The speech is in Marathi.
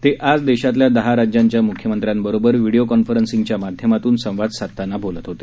ते आज देशातल्या दहा राज्यांच्या मुख्यमंत्र्यांबरोबर व्हिडीओ कँफेरेन्सिंगच्या माध्यमातून संवाद साधताना बोलत होते